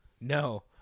No